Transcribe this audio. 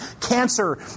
cancer